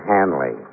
Hanley